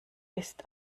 ist